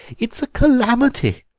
it's a calamity!